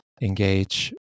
engage